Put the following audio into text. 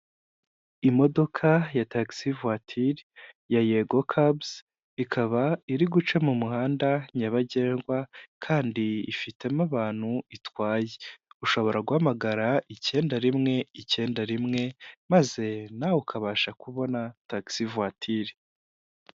Imodoka ya tagisi vatire ya yego kabuzi ikaba iri guca mu muhanda nyabagendwa kandi ifitemo abantu itwaye, ushobora guhamagara icyenda rimwe icyenda rimwe maze nawe ukabasha kubona tagisi vatire.